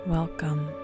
Welcome